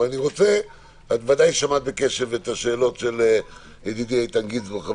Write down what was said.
את ודאי שמעת בקשב את השאלות של ידידי איתן גינזבורג.